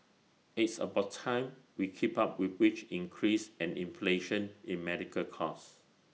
it's about time we keep up with wage increase and inflation in medical cost